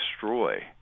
destroy